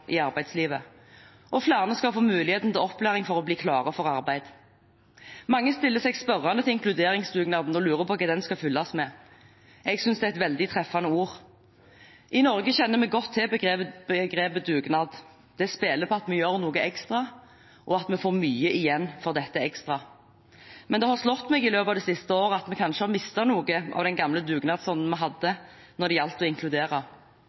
i arbeidslivet. Og flere skal få muligheten til opplæring for å bli klare for arbeid. Mange stiller seg spørrende til inkluderingsdugnaden og lurer på hva den skal fylles med. Jeg synes det er et veldig treffende ord. I Norge kjenner vi godt til begrepet «dugnad». Det spiller på at vi gjør noe ekstra, og at vi får mye igjen for dette ekstra. Men det har slått meg i løpet av det siste året at vi kanskje har mistet noe av den gamle dugnadsånden vi hadde når det gjaldt å inkludere.